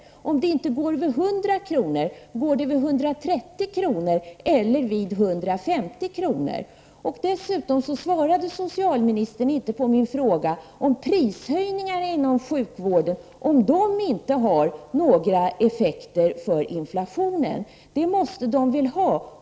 Om det inte är vid 100 kr., är det då vid 130 eller 150 kr.? Dessutom svarade socialministern inte på min fråga om inte prishöjningarna inom sjukvården får några effekter beträffande inflationen. Det måste de väl få.